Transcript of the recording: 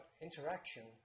interaction